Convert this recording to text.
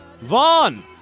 Vaughn